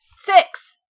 Six